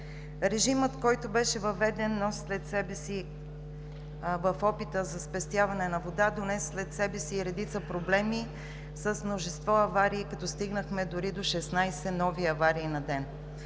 Режимът, който беше въведен в опита за спестяване на вода, донесе след себе си и редица проблеми с множество аварии, като стигнахме дори до 16 нови аварии на ден.